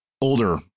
older